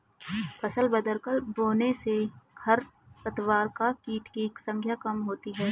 फसल बदलकर बोने से खरपतवार और कीट की संख्या कम होती है